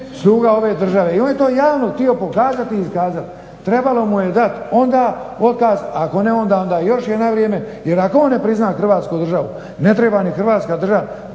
sluga ove države i on je to javno htio pokazati i iskazati. Trebalo mu je dati onda otkaz, ako ne onda onda još je vrijeme jer ako on ne prizna Hrvatsku državu ne treba ni Hrvatska država